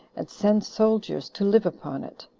and send soldiers to live upon it.